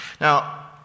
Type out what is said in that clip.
Now